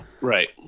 right